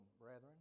brethren